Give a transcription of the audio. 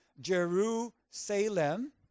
Jerusalem